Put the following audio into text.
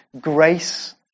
grace